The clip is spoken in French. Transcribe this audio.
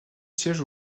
siège